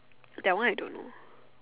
that one I don't know